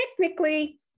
technically